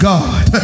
God